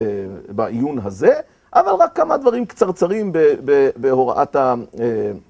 בעיון הזה, אבל רק כמה דברים קצרצרים בהוראת ה...